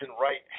right